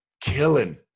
killing